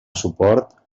suport